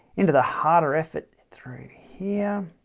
into the harder effort through here